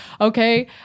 Okay